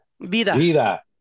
Vida